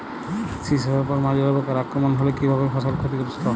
শীষ আসার পর মাজরা পোকার আক্রমণ হলে কী ভাবে ফসল ক্ষতিগ্রস্ত?